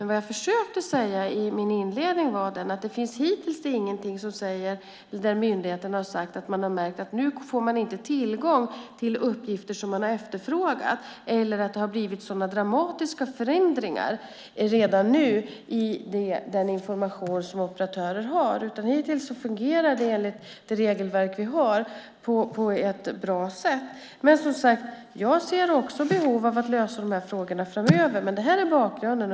Vad jag försökte säga i min inledning var att hittills har inte myndigheterna sagt att de märkt att de inte får tillgång till uppgifter som de har efterfrågat eller att det har blivit dramatiska förändringar redan nu i den information som operatörer har. Hittills fungerar det enligt det regelverk vi har på ett bra sätt. Jag ser också behov av att lösa de här frågorna framöver, men det här är bakgrunden.